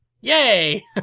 yay